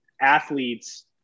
athletes